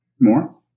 More